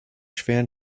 schweren